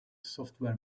software